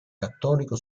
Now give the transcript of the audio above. cattolico